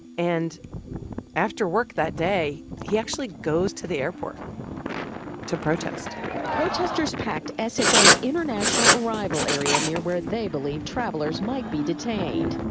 and after work that day, he actually goes to the airport to protest protestors packed sfo's international arrival area near where they believe travelers might be detained